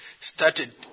started